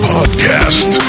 Podcast